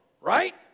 right